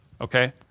Okay